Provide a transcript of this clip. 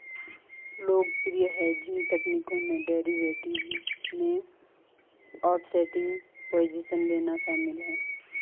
लोकप्रिय हेजिंग तकनीकों में डेरिवेटिव में ऑफसेटिंग पोजीशन लेना शामिल है